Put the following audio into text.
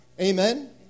Amen